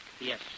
Yes